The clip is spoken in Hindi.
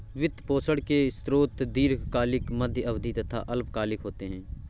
वित्त पोषण के स्रोत दीर्घकालिक, मध्य अवधी तथा अल्पकालिक होते हैं